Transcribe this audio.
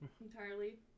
entirely